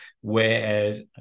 whereas